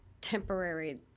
temporary